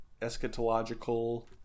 eschatological